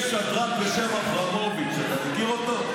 יש שדרן בשם אברמוביץ', אתה מכיר אותו?